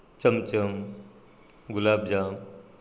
chamcham गुलाबजाम